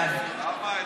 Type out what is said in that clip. בעד למה,